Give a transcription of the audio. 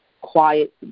quiet